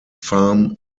farm